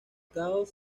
caos